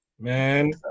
Man